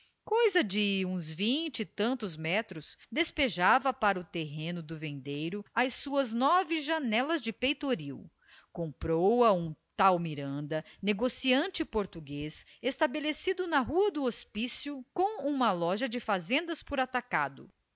coisa de uns vinte e tantos metros despejava para o terreno do vendeiro as suas nove janelas de peitoril comprou-o um tal miranda negociante português estabelecido na rua do hospício com uma loja de fazendas por atacado